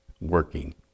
working